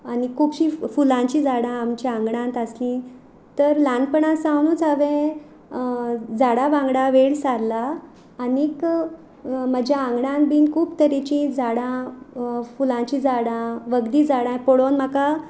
आनी खुबशीं फु फुलांचीं झाडां आमच्या आंगणांत आसलीं तर ल्हानपणा सावनूच हांवें झाडां वांगडा वेळ सारला आनीक म्हज्या आंगणान बीन खूब तरेचीं झाडां फुलांचीं झाडां वखदीं झाडां पळोवन म्हाका